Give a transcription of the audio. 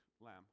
lamb